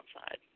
outside